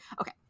okay